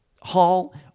hall